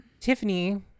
Tiffany